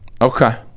Okay